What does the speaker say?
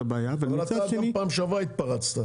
הבעיה --- אבל אתה גם פעם שעברה התפרצת.